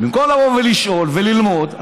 במקום לבוא ולשאול וללמוד,